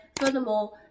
furthermore